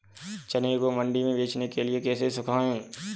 चने को मंडी में बेचने के लिए कैसे सुखाएँ?